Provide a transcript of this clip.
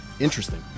Interesting